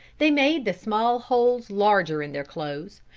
they made the small holes larger in their clothes,